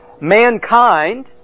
Mankind